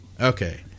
okay